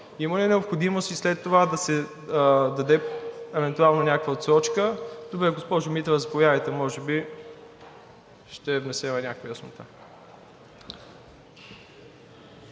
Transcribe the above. Има ли необходимост и след това да се даде евентуално някаква отсрочка? Добре, госпожо Митева, заповядайте. Може би ще внесем някаква яснота.